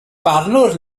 barnwr